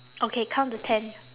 okay count to ten